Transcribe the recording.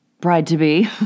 bride-to-be